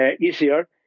easier